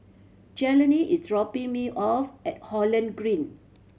Jelani is dropping me off at Holland Green